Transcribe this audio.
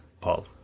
Paul